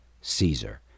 Caesar